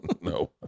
no